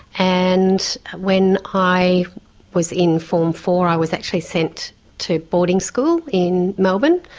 and when i was in form four i was actually sent to boarding school in melbourne.